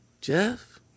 Jeff